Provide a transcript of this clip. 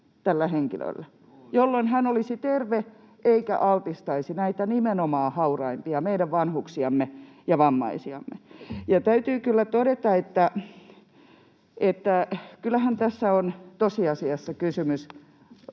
tällä henkilöllä, jolloin hän olisi terve eikä altistaisi nimenomaan näitä hauraimpia, meidän vanhuksiamme ja vammaisiamme. Täytyy kyllä todeta, että kyllähän tässä on tosiasiassa kysymys